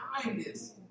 kindness